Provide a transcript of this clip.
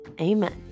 amen